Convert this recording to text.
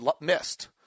missed